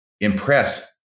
impress